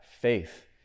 faith